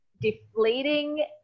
deflating